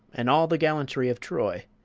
and all the gallantry of troy.